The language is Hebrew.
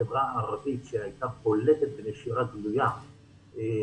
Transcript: בחברה הערבית שהייתה בולטת בנשירה גלויה,